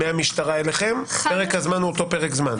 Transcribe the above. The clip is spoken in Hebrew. מהמשטרה אליכם פרק הזמן הוא אותו פרק זמן.